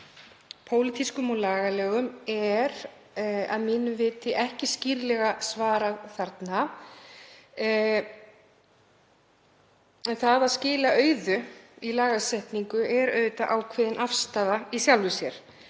pólitískum og lagalegum, er að mínu viti ekki skýrlega svarað þarna en það að skila auðu í lagasetningu er auðvitað ákveðin afstaða í sjálfu sér.